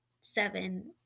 seven